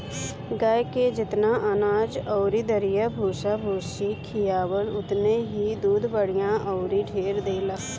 गाए के जेतना अनाज अउरी दरिया भूसा भूसी खियाव ओतने इ दूध बढ़िया अउरी ढेर देले